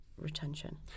retention